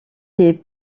les